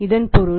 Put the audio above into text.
இதன் பொருள்